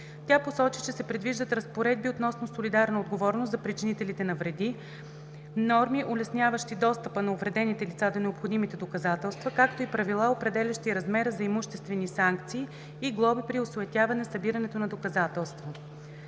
Тя посочи, че се предвиждат разпоредби относно солидарна отговорност за причинителите на вреди, норми, улесняващи достъпа на увредените лица до необходимите доказателства, както и правила, определящи размера за имуществени санкции и глоби при осуетяване събирането на доказателства.